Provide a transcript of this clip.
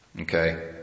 Okay